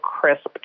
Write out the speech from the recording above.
crisp